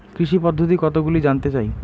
কৃষি পদ্ধতি কতগুলি জানতে চাই?